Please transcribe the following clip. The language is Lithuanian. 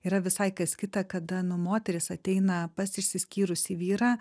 yra visai kas kita kada nu moteris ateina pas išsiskyrusį vyrą